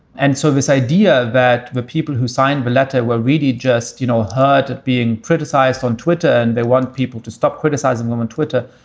and so this idea that the people who signed the letter were really just, you know, hard at being criticized on twitter. they want people to stop criticizing them on twitter.